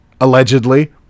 allegedly